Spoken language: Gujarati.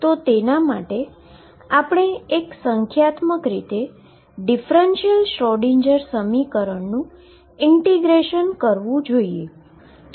તો તેના માટે આપણે સંખ્યાત્મક રીતે ડીફરન્શીઅલ શ્રોડિંજર સમીકરણનું ઈન્ટીગ્રેશન કરવું પડશે